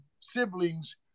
siblings